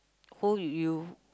who would you